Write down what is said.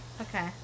Okay